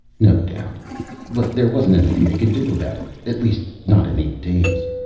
no doubt but there wasn't anything they could do about it. at least, not in eight days.